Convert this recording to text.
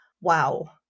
wow